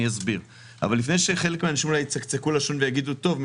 לפני שחלק מהאנשים יצקצקו בלשון ויגידו: טוב,